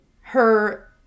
her-